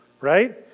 right